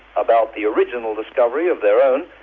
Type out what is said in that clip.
about the original discovery of their own,